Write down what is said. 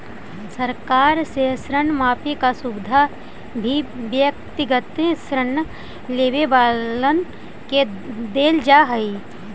सरकार से ऋण माफी के सुविधा भी व्यक्तिगत ऋण लेवे वालन के देल जा हई